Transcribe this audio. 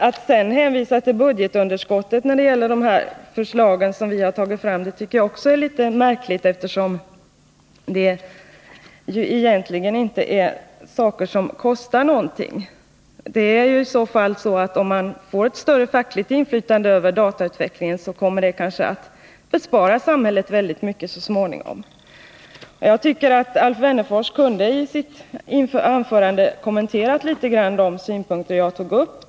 Att hänvisa till budgetunderskottet när det gäller de förslag som vi har fört fram tycker jag är litet märkligt, eftersom det ju egentligen är saker som inte kostar någonting. Om facket får ett större inflytande över datautvecklingen, kommer det kanske att bespara samhället väldigt mycket framöver. Jag tycker att Alf Wennerfors kunde litet grand ha kommenterat de synpunkter jag tog upp.